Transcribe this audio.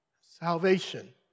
Salvation